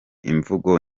imvugo